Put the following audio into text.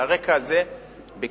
על הרקע הזה ביקשתי,